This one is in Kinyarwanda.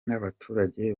n’abaturage